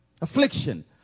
Affliction